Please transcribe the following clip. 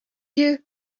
you